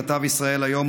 כתב ישראל היום,